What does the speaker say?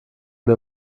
wir